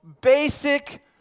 basic